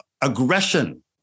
aggression